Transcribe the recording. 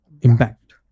impact